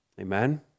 Amen